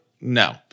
No